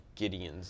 Gideons